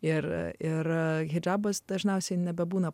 ir hidžabas dažniausiai nebebūna